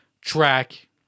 track